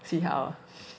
see how